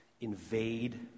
invade